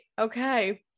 Okay